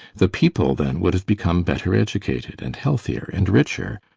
the people then would have become better educated and healthier and richer,